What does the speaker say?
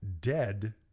dead